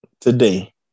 today